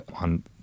on